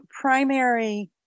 primary